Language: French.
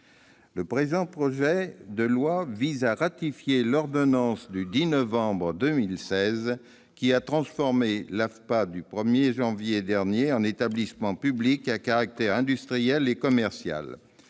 Le présent projet de loi ratifie l'ordonnance du 10 novembre 2016 qui a transformé l'AFPA, au 1 janvier dernier, en établissement public à caractère industriel et commercial.